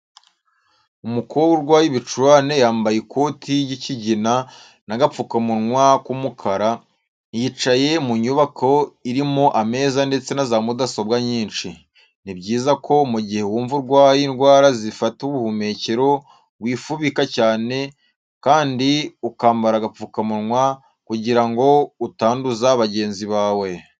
Umukobwa urwaye ibicurane yambaye ikoti ry'ikigina n'agapfukamunwa k'umukara, yicaye mu nyubako arimo ameza ndetse na za mudasobwa nyinshi. Ni byiza ko mugihe wumva warwaye indwara zifata ubuhumekero wifubika cyane kandi ukambara agapfukamunwa kugirango utanduza bagenzi bawe.